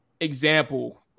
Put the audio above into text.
example